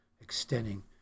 extending